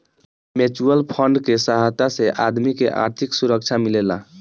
mutual fund के सहायता से आदमी के आर्थिक सुरक्षा मिलेला